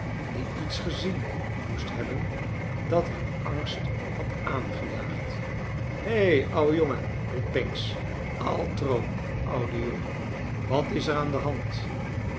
die iets gezien moest hebben dat hem angst had aangejaagd he oude jongen riep pancks altro oude jongen wat is er aan de hand